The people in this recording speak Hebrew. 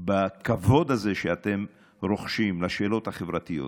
בכבוד הזה שאתם רוחשים לשאלות החברתיות